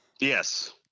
Yes